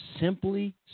simply